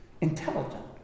intelligent